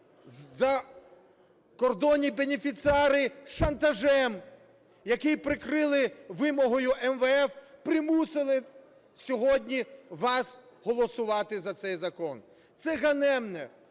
закордонні бенефіціари шантажем, який прикрили вимогою МВФ, примусили сьогодні вас голосувати за цей закон. Це ганебне,